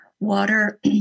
water